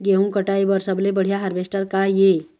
गेहूं कटाई बर सबले बढ़िया हारवेस्टर का ये?